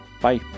Bye